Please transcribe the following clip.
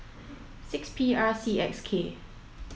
six P R C X K